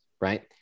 right